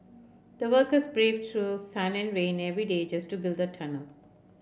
the workers braved through sun and rain every day just to build the tunnel